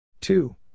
two